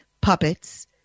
puppets